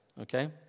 okay